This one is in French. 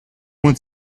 moins